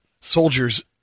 Soldiers